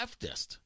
leftist